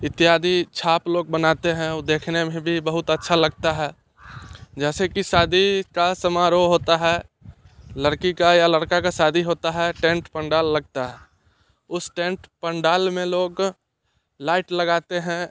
इत्यादि छाप लोग बनाते हैं वो देखने में भी बहुत अच्छा लगता है जैसे कि शादी का समारोह होता है लड़की का या लड़का का शादी होता है टेंट पंडाल लगता है उस टेंट पंडाल में लोग लाइट लगाते हैं